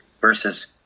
versus